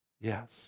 Yes